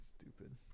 Stupid